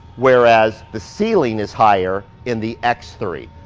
whereas the ceiling is higher in the x three.